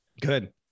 Good